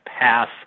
pass